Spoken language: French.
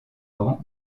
vent